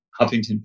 Huffington